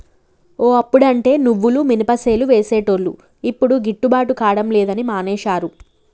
ఓ అప్పుడంటే నువ్వులు మినపసేలు వేసేటోళ్లు యిప్పుడు గిట్టుబాటు కాడం లేదని మానేశారు